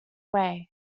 way